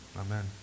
amen